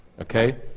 Okay